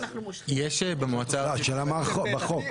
השאלה מה בחוק.